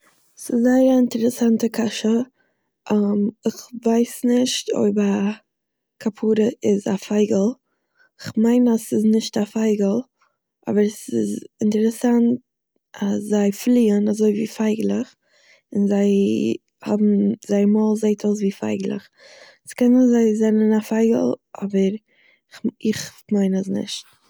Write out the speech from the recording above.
ס'זייער א אינטרעסאנטע קשיא איך ווייס נישט אויב א כפרה איז א פייגל, כ'מיין אז ס'איז נישט א פייגל, אבער ס'איז אינטערעסאנט אז זיי פליען אזוי ווי פייגלעך און זיי האבן... זייער מויל זעהט אויס ווי פייגלעך, ס'קען זיין זיי זענען א פייגל אבער כ'מ איך מיין אז נישט.